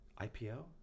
IPO